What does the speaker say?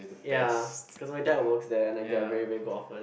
ya cause my dad works there and I get a very very good offer